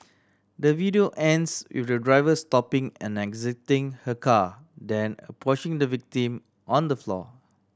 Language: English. the video ends with the driver stopping and exiting her car then approaching the victim on the floor